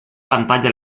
pantalla